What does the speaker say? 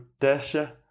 Dasha